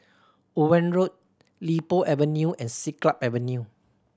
Owen Road Li Po Avenue and Siglap Avenue